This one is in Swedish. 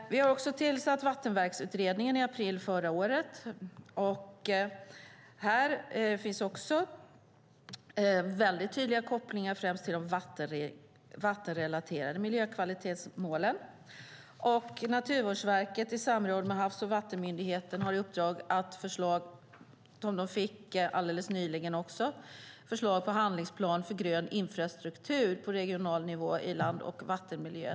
I april förra året tillsatte vi Vattenverksutredningen. Där finns också tydliga kopplingar till främst de vattenrelaterade miljökvalitetsmålen. Naturvårdsverket har i samråd med Havs och vattenmyndigheten i uppdrag att ta fram förslag på handlingsplan för grön infrastruktur på regional nivå i land och vattenmiljön.